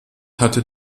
hatte